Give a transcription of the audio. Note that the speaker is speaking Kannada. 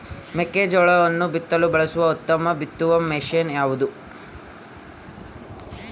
ಮೆಕ್ಕೆಜೋಳವನ್ನು ಬಿತ್ತಲು ಬಳಸುವ ಉತ್ತಮ ಬಿತ್ತುವ ಮಷೇನ್ ಯಾವುದು?